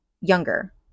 younger